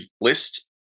list